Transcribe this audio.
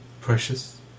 precious